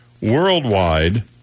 worldwide